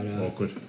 awkward